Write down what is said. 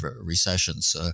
recessions